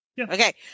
Okay